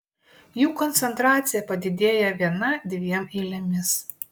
jų koncentracija padidėja viena dviem eilėmis